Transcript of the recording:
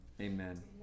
Amen